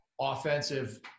offensive